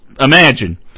imagine